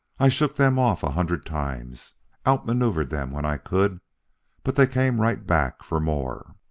i shook them off a hundred times outmaneuvered them when i could but they came right back for more.